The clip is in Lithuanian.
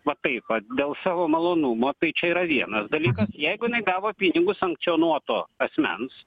va taip vat dėl savo malonumo tai čia yra vienas dalykas jeigu jinai gavo pinigus sankcionuoto asmens